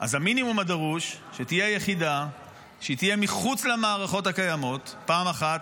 אז המינימום הדרוש שתהיה יחידה שתהיה מחוץ למערכות הקיימות; פעם אחת,